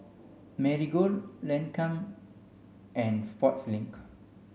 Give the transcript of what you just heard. Marigold Lancome and Sportslink